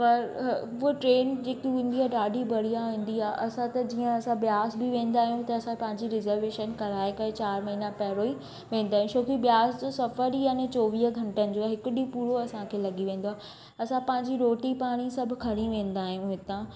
पर उहो ट्रेन जेकी हूंदी आहे ॾाढी बढ़िया ईंदी आ असां त जीअं असां बयास बि वेंदा आहियूं त असां पंहिंजी रिज़रवेशन कराए करे चारि महीना पहिरियों ई वेंदा आहे छोकी बयास जो सफ़र ई यानि चोवीह घंटनि जो आहे हिक ॾींहुं पूरो असांखे लगी वेंदो आहे असां पंहिंजी रोटी पाणी सभु खणी वेंदा आहियूं हितां